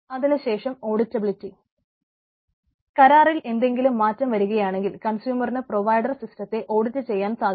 അതിനുശേഷം auditability audit ചെയ്യാൻ സാധിക്കണം